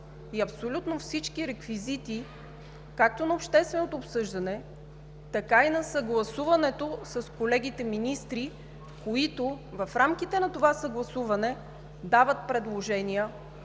Абсолютно всички реквизити – както на общественото обсъждане, така и на съгласуването с колегите министри, които в рамките на това съгласуване дават предложения,